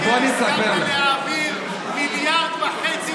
למה הבוקר הסכמת להעביר מיליארד וחצי